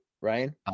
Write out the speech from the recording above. ryan